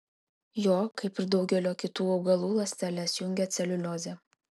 jo kaip ir daugelio kitų augalų ląsteles jungia celiuliozė